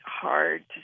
hard